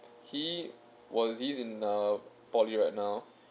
he was he's in uh poly right now